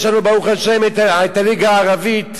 יש לנו, ברוך השם, הליגה הערבית,